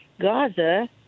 Gaza